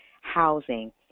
housing